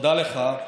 תודה לך,